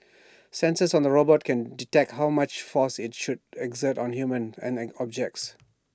sensors on the robot can detect how much force IT should exert on humans and an objects